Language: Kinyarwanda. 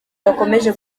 bakomeje